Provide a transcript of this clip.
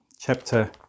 chapter